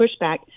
pushback